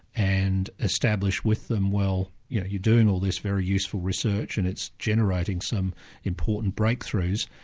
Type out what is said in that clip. and establish with them well, you're doing all this very useful research and it's generating some important breakthroughs,